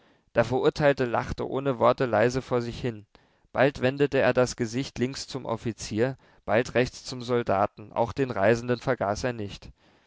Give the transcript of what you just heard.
der verurteilte lachte ohne worte leise vor sich hin bald wendete er das gesicht links zum offizier bald rechts zum soldaten auch den reisenden vergaß er nicht